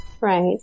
Right